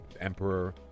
emperor